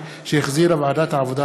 שהחזירה ועדת העבודה,